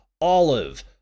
Olive